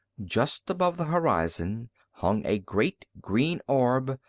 just above the horizon hung a great green orb,